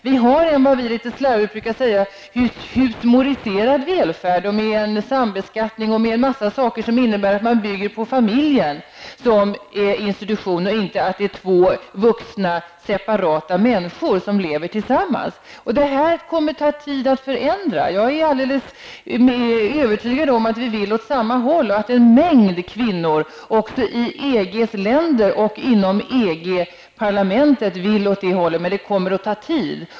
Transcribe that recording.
Vi har en, som vi litet slarvigt brukar säga, husmoriserad välfärd med sambeskattning och annat som innebär att man bygger på familjen som institution och inte på två vuxna separata människor som lever tillsammans. Det tar tid att förändra detta. Jag är övertygad om att vi strävar åt samma håll och att en mängd kvinnor, också i EGs länder och inom EG-parlamentet, strävar åt det hållet. Men det kommer att ta tid.